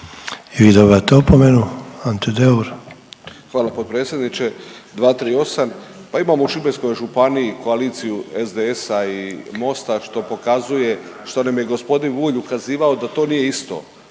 Ante Deur. **Deur, Ante (HDZ)** Hvala potpredsjedniče. 238., pa imamo u Šibenskoj županiji koaliciju SDSS-a i Mosta što pokazuje, što nam je g. Bulj ukazivao da to nije isto,